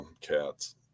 cats